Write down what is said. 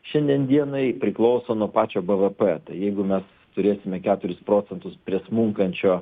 šiandien dienai priklauso nuo pačio bvp tai jeigu mes turėsime keturis procentus prie smunkančio